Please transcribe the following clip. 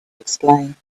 explain